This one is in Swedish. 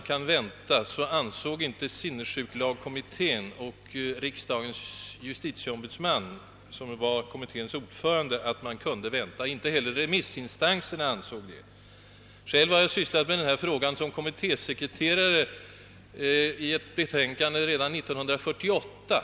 Och för övrigt ansåg varken sinnessjuklagkommittén eller riksdagens justitieombudsman, som var kommitténs ordförande, att man borde dröja. Det gjorde inte heller remissinstanserna. Själv har jag som kommittésekreterare sysslat med dessa rättssäkerhetsfrågor redan 1948 vid revisionen av alkoholistlagen.